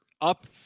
up